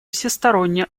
всесторонне